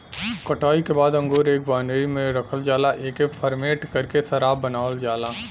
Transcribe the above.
कटाई के बाद अंगूर एक बाइनरी में रखल जाला एके फरमेट करके शराब बनावल जाला